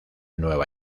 nueva